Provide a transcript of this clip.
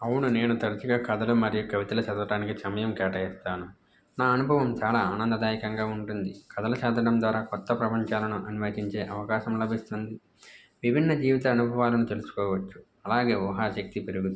అవును నేను తరచుగా కథలు మరియు కవితల చదవటానికి సమాయం కేటాయిస్తాను నా అనుభవం చాలా ఆనందదాయకంగా ఉంటుంది కథల చదవడం ద్వారా కొత్త ప్రపంచాలను అన్వయించే అవకాశం లభిస్తుంది విభిన్న జీవిత అనుభవాలను తెలుసుకోవచ్చు అలాగే ఊహాశక్తి పెరుగుత్